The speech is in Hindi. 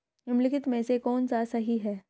निम्नलिखित में से कौन सा सही है?